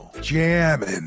jamming